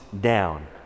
down